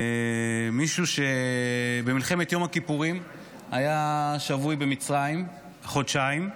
לי מישהו שבמלחמת יום הכיפורים היה שבוי במצרים חודשיים,